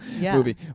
movie